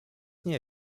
nie